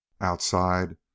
Outside